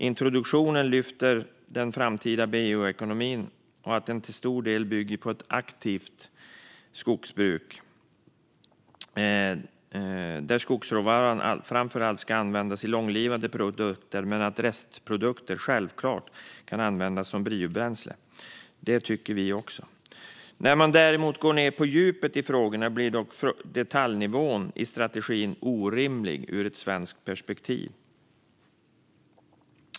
Introduktionen lyfter fram att den framtida bioekonomin till stor del bygger på ett aktivt skogsbruk där skogsråvaran framför allt ska användas i långlivade produkter. Men restprodukter kan självklart användas som biobränsle. Det tycker vi också. När man däremot går ned på djupet i frågorna blir dock detaljnivån i strategin orimlig ur ett svenskt perspektiv.